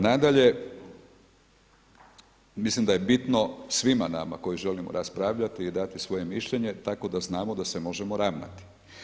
Nadalje, mislim da je bitno svima nama koji želimo raspravljati i dati svoje mišljenje tako da znamo da se možemo ravnati.